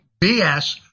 BS